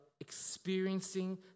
experiencing